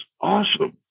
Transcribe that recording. awesome